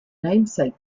namesake